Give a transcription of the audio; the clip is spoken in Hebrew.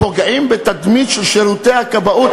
פוגעים בתדמית של שירותי הכבאות,